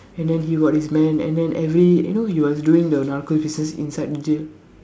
and then he got his men and then every you know he was doing the narcos inside the jail